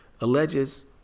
alleges